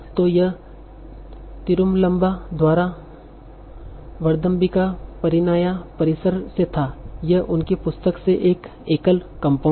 तो यह तिरुमलम्बा द्वारा वरदम्बिका परिनाया परिसर से था यह उनकी पुस्तक से एक एकल कंपाउंड है